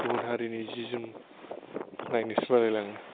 गुबुन हारिनि जि जोम नायनोसो बालाय लाङो